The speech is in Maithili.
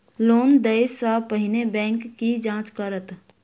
लोन देय सा पहिने बैंक की जाँच करत?